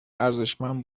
ارزشمند